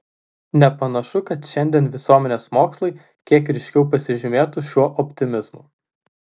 nepanašu kad šiandien visuomenės mokslai kiek ryškiau pasižymėtų šiuo optimizmu